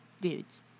dudes